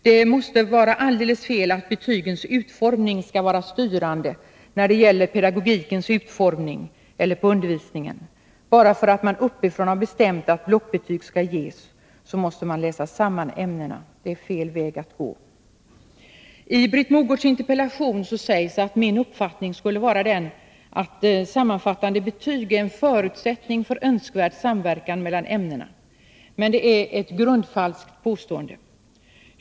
Det måste vara alldeles fel att betygens utformning skall vara styrande när det gäller pedagogikens utformning och på undervisningen. Bara för att man uppifrån har bestämt att blockbetyg skall ges, måste ämnena läsas samman. Det är fel väg att gå. I Britt Mogårds interpellation sägs att min uppfattning skulle vara den att sammanfattande betyg är en förutsättning för önskvärd samverkan mellan ämnena. Men det är ett grundfalskt påstående.